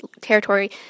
territory